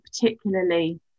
particularly